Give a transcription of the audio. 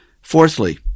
Fourthly